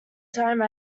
time